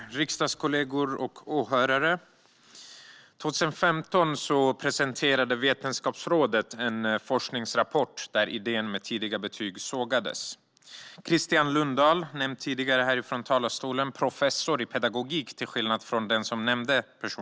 Herr talman, riksdagskollegor och åhörare! År 2015 presenterade Vetenskapsrådet en forskningsrapport där idén med tidiga betyg sågades. Christian Lundahl har nämnts tidigare här i talarstolen. Han är professor i pedagogik, till skillnad från den som nämnde honom.